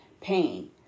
pain